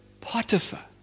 Potiphar